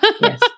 Yes